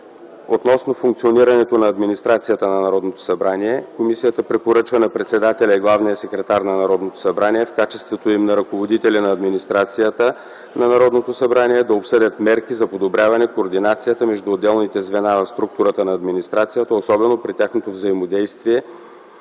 Относно функционирането на администрацията на Народното събрание комисията - Препоръчва на председателя и главния секретар на Народното събрание в качеството им на ръководители на администрацията на Народното събрание да обсъдят мерки за подобряване координацията между отделните звена в структурата на администрацията, особено при тяхното взаимодействие